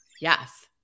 Yes